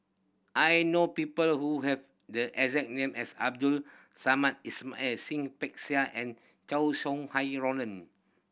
I know people who have the exact name as Abdul Samad and and Chow Sau Hai Roland